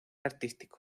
artístico